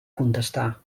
contestar